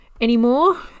anymore